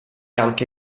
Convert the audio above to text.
anche